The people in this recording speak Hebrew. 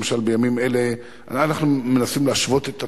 למשל בימים אלה אנחנו מנסים להשוות את התנאים,